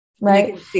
Right